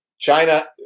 China